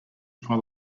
pile